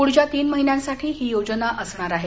पुढच्या तीन महिन्यांसाठी ही योजना असणार आहे